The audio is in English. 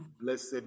Blessed